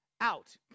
out